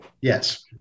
yes